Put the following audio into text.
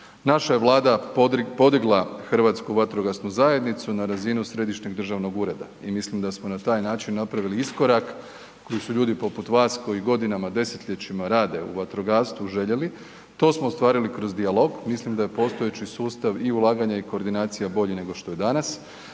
Naša je Vlada podigla HVZ na razinu središnjeg državnog ureda i mislim da smo na taj način napravili iskorak koji su ljudi poput vas koji godinama, desetljećima rade u vatrogastvu, željeli, to smo ostvarili kroz dijalog, mislim da je postojeći sustav i ulaganja i koordinacija bolji nego što je danas